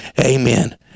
Amen